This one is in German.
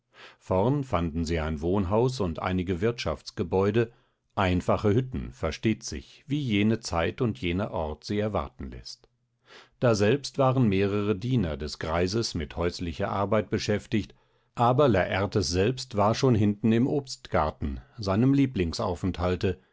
vorn fanden sie ein wohnhaus und einige wirtschaftsgebäude einfache hütten versteht sich wie jene zeit und jener ort sie erwarten läßt daselbst waren mehrere diener des greises mit häuslicher arbeit beschäftigt aber lartes selbst war schon hinten im obstgarten seinem